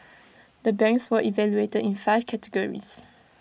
the banks were evaluated in five categories